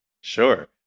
Sure